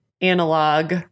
analog